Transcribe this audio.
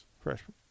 freshman